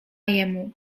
jemu